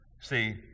See